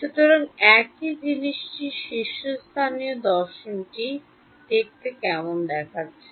সুতরাং একই জিনিসটির শীর্ষস্থানীয় দর্শনটি দেখতে কেমন দেখাচ্ছে